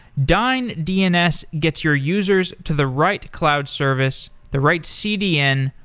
dyn dns gets your users to the right cloud service, the right cdn,